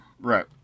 Right